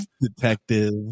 detective